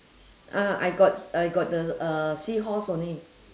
ah I got I got the uh seahorse only